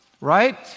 right